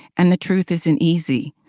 and the truth isn't easy.